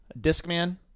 Discman